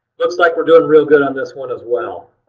looks like we're doing real good on this one as well.